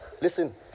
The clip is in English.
Listen